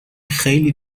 خیلی